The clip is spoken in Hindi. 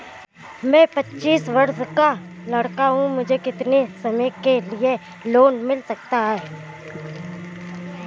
मैं पच्चीस वर्ष का लड़का हूँ मुझे कितनी समय के लिए लोन मिल सकता है?